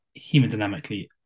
hemodynamically